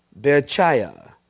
Berchaya